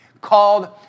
called